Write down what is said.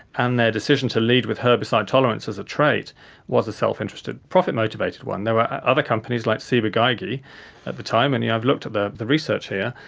and their decision to lead with herbicide tolerance as a trait was a self-interested, profit-motivated one. there were other companies like ciba-geigy at the time, and yeah i've looked at the the research here,